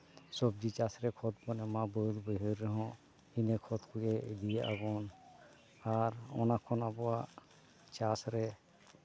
ᱥᱚᱵᱽᱡᱤ ᱪᱟᱥ ᱨᱮ ᱠᱷᱚᱛ ᱵᱚᱱ ᱮᱢᱟᱜᱼᱟ ᱵᱟᱹᱫ ᱵᱟᱹᱭᱦᱟᱹᱲ ᱨᱮ ᱦᱚᱸ ᱤᱱᱟᱹ ᱠᱷᱚᱛ ᱠᱚᱜᱮ ᱤᱫᱤᱭᱟᱜᱼᱟ ᱵᱚᱱ ᱟᱨ ᱚᱱᱟ ᱠᱷᱚᱱ ᱟᱵᱚᱣᱟᱜ ᱪᱟᱥ ᱨᱮ